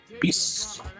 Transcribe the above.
Peace